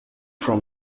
from